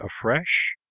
afresh